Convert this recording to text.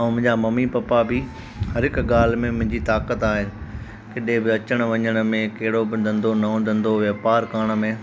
ऐं मुंहिंजा mummy papa बि हर हिकु ॻाल्हि में मुंहिंजी ताक़त आहे किथे बि अचण वञण में कहिड़ो बि धंधो नओ धंधो वापार करण में